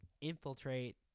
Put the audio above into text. infiltrate